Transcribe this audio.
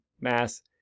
mass